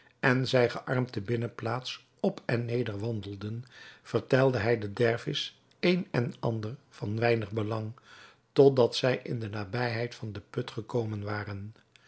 en zij gearmd de binnenplaats op en neder wandelden vertelde hij den dervis een en ander van weinig belang tot dat zij in de nabijheid van den put gekomen waren